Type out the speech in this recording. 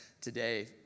today